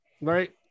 right